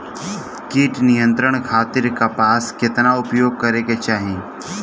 कीट नियंत्रण खातिर कपास केतना उपयोग करे के चाहीं?